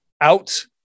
out